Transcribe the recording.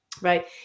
Right